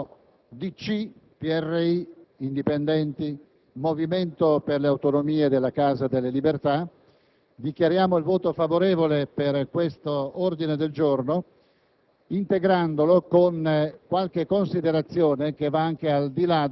possa immaginare di dover addirittura sottrarre alcuni settori dalla libera disponibilità legislativa del Governo. Per questa semplicissima ragione, inviteremo i colleghi a votare contro l'ordine del G100.